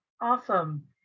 awesome